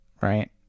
Right